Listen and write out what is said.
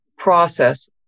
process